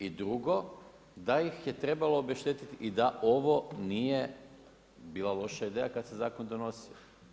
I drugo, da ih je trebalo obeštetiti i da ovo nije bila loša ideja kada se zakon donosio.